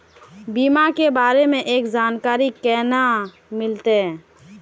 बीमा के बारे में जानकारी केना मिलते?